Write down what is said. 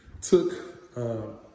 took